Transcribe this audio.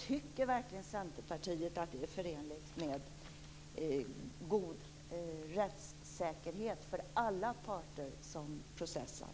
Tycker verkligen Centerpartiet att det är förenligt med god rättssäkerhet för alla parter som processar?